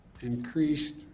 Increased